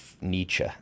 Nietzsche